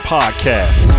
Podcast